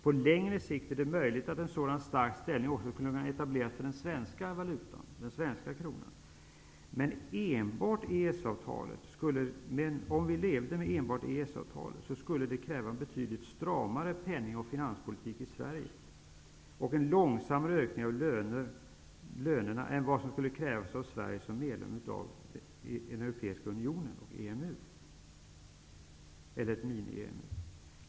På längre sikt är det möjligt att en sådan stark ställning också skulle kunna etableras för den svenska kronan. Med enbart EES-avtalet skulle det krävas en betydligt stramare penning och finanspolitik i Sverige och en långsammare ökning av lönerna, än vad som skulle krävas av Sverige som medlem av EU och EMU, eller en miniunion.